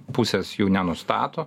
pusės jų nenustato